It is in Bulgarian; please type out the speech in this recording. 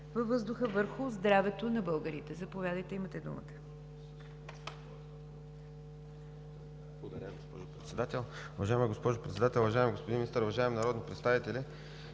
във въздуха върху здравето на българите. Заповядайте, имате думата.